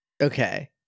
Okay